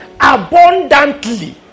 abundantly